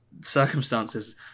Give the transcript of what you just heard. circumstances